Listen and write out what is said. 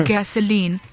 Gasoline